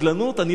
אני לא שם.